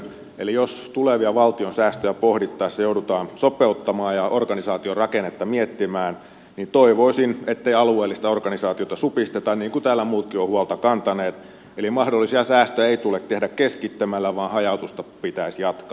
eli jos tulevia valtion säästöjä pohdittaessa joudutaan sopeuttamaan ja organisaatiorakennetta miettimään niin toivoisin ettei alueellista organisaatiota supisteta niin kuin täällä muutkin ovat huolta kantaneet eli mahdollisia säästöjä ei tule tehdä keskittämällä vaan hajautusta pitäisi jatkaa